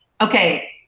okay